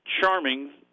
charming